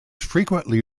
frequently